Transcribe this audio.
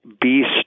beast